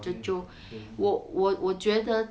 久久 我我我觉得